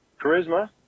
charisma